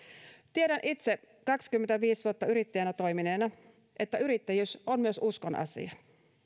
tiedän itse kaksikymmentäviisi vuotta yrittäjänä toimineena että yrittäjyys on myös uskonasia